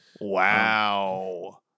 Wow